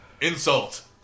insult